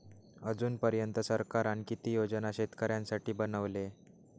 अजून पर्यंत सरकारान किती योजना शेतकऱ्यांसाठी बनवले?